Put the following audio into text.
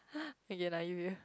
okay nah give you